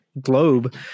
globe